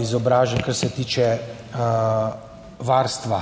izobraženi kar se tiče varstva.